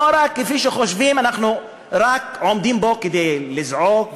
זה לא רק כפי שחושבים שאנחנו רק עומדים פה כדי לזעוק,